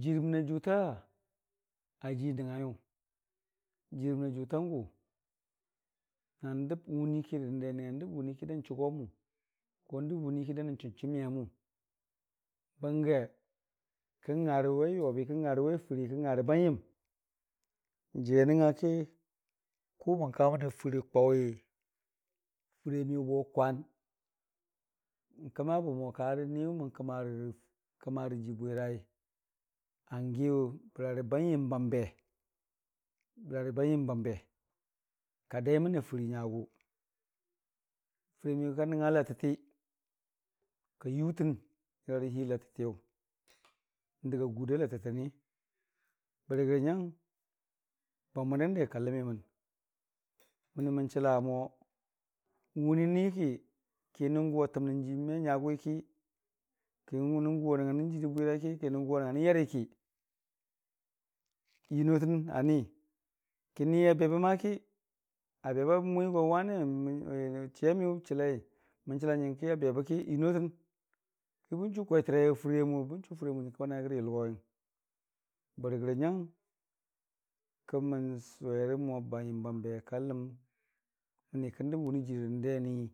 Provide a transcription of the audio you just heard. jɨrmən a jʊta ajii n'nəngngaiyʊ, jɨrmən a jʊtangʊ na n'dəb wʊnii kirə dəndeni na n'dəb wʊnii ki da n'chʊgomʊ, n'dəb wʊni ki da n'chʊmchʊ miyanmʊ bənge kən ngarə wai yobi kən ngarə wai fərii kən nga rə bamyəm jii a nəngnga ki kʊ mən kaməna fərii kwaʊwi fəriiya miyʊ bo kwan. N'kəmabəmo karəniwʊ mən kəma rə rəjii bwirai angiyʊ bərarə bamyəm bambe bərarə bam yəmbam be ka daiməna fərii nyagʊ, fərii ya miyʊ ka nəngnga latətti ka yutən nyərarə lii latəttiyʊ n'dəka gʊrda latəttini, bəri gəra nyang bam bwan dande kaləmiməm, mənii mən chəlamo wunii niki kənangʊ a təmnən jii menyagʊwi ki, kə nəngʊ a nəngnganən jənii bwiraiki, ki nəngʊ a nəngnga nən yariki yunotən anihi, kə nihi abeəki abeban wi go chiyamiyʊ chəlai mən chəlan nyənke abebəki yənotən kibənchu kwetərei afɨramʊ bən chu nyəraki fɨramʊ nyəraki ba nəngnga rəga yʊlgorəng, bəri gərə nyang kəmən sʊwerəmo bamyəm bəm be kaləm.